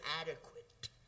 adequate